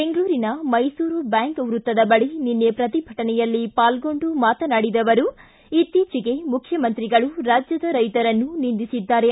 ಬೆಂಗಳೂರಿನ ಮೈಸೂರು ಬ್ಯಾಂಕ್ ವೃತ್ತದ ಬಳಿ ನಿನ್ನೆ ಪ್ರತಿಭಟನೆಯಲ್ಲಿ ಪಾಲ್ಗೊಂಡು ಮಾತನಾಡಿದ ಅವರು ಇತ್ತೀಚಿಗೆ ಮುಖ್ಯಮಂತ್ರಿಗಳು ರಾಜ್ಯದ ರೈತರನ್ನು ನಿಂದಿಸಿದ್ದಾರೆ